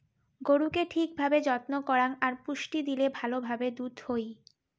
গরুকে ঠিক ভাবে যত্ন করাং আর পুষ্টি দিলে ভালো ভাবে দুধ হই